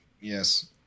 Yes